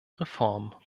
reform